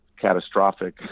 catastrophic